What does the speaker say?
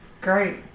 great